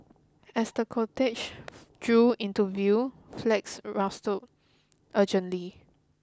as the cortege drew into view flags urgently